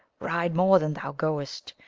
ride more than thou goest,